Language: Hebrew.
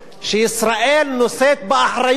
שישראל נושאת באחריות